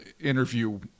interview